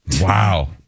Wow